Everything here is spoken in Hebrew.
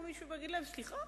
ואני מודה ומתוודה,